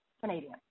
Canadian